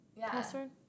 password